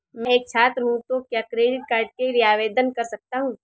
मैं एक छात्र हूँ तो क्या क्रेडिट कार्ड के लिए आवेदन कर सकता हूँ?